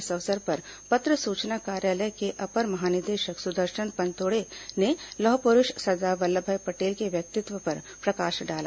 इस अवसर पर पत्र सूचना कार्यालय के अपर महानिदेशक सुदर्शन पनतोड़े ने लौह पुरुष सरदार वल्लभभाई पटेल के व्यक्तित्व पर प्रकाश डाला